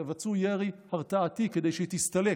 תבצעו ירי הרתעתי כדי שהיא תסתלק.